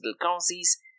Currencies